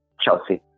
Chelsea